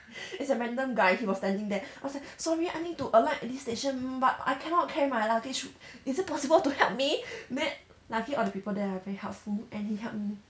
it's a random guy he was standing there I was like sorry I need to alight at this station but I cannot carry my luggage is it possible to help me then lucky all the people there are very helpful and he help me